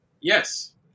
yes